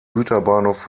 güterbahnhof